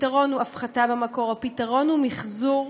הפתרון הוא הפחתה במקור, הפתרון הוא מחזור,